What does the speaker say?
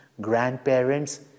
grandparents